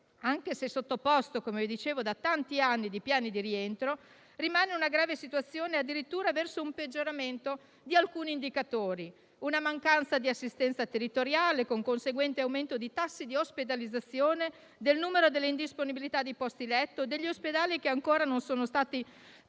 anche se sottoposto - come dicevo - da tanti anni a piani di rientro, presenta ancora una grave situazione e, addirittura, un peggioramento di alcuni indicatori, una mancanza di assistenza territoriale, con conseguente aumento di tassi di ospedalizzazione, del numero delle indisponibilità di posti letto, degli ospedali che ancora non sono stati